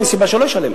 אין סיבה שלא ישלם.